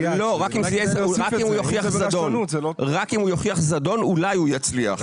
רק אם הוא יוכיח זדון אולי הוא יצליח.